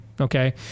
okay